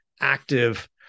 active